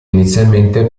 inizialmente